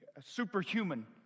superhuman